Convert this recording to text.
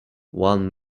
one